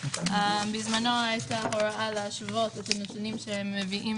בזמנו הייתה הוראה להשוות את הנתונים שמביאים